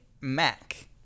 Mac